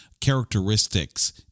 characteristics